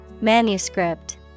Manuscript